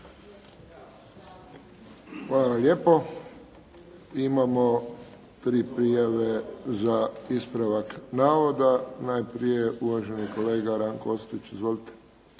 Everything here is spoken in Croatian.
Hvala lijepo. Imamo tri prijave za ispravak navoda. Najprije uvaženi kolega Ranko Ostojić. Izvolite.